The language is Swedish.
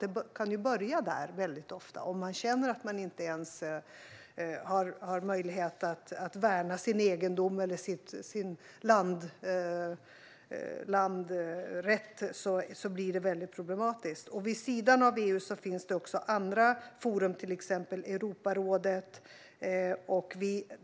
Det kan väldigt ofta börja där. Om människor känner att de inte ens har möjlighet att värna sin egendom eller sin rätt till land blir det väldigt problematiskt. Vid sidan av EU finns också andra forum som till exempel Europarådet.